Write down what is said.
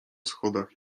schodach